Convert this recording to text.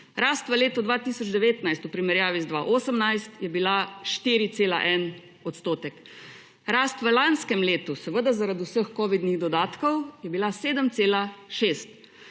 Rast v letu 2019 v primerjavi z 2018 je bila 4,1 %, rast v lanskem letu, seveda zaradi vseh covidnih dodatkov, je bila 7,6.